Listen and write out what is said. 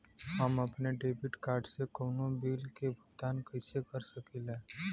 हम अपने debit card से कउनो बिल के भुगतान कइसे कर सकीला?